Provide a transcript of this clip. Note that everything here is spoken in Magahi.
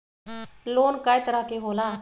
लोन कय तरह के होला?